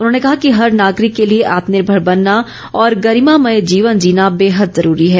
उन्होंने कहा कि हर नागरिक के लिए आत्मनिर्भर बनना और गरिमामय जीवन जीना बेहद जरूरी है